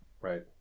right